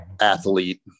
athlete